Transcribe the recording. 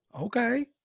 Okay